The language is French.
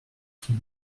qui